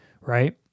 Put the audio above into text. right